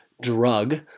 drug